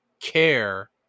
care